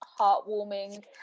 heartwarming